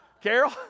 Carol